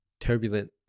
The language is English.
turbulent